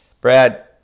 Brad